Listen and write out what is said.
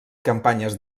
campanyes